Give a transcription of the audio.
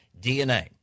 DNA